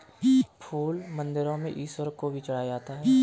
फूल मंदिरों में ईश्वर को भी चढ़ाया जाता है